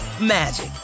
magic